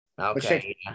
okay